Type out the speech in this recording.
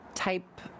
type